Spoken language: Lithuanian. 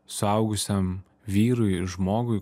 suaugusiam vyrui ir žmogui